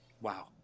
Wow